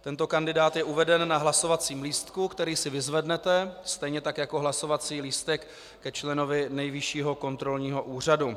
Tento kandidát je uveden na hlasovacím lístku, který si vyzvednete, stejně tak jako hlasovací lístek ke členovi Nejvyššího kontrolního úřadu.